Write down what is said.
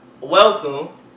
Welcome